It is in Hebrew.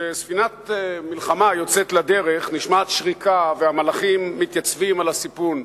כשספינת מלחמה יוצאת לדרך נשמעת שריקה והמלחים מתייצבים על הסיפון,